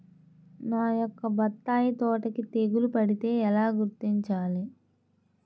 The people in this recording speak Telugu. నా యొక్క బత్తాయి తోటకి తెగులు పడితే ఎలా గుర్తించాలి?